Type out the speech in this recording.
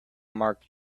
mark